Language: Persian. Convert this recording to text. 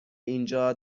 اینجا